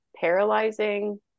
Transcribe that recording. paralyzing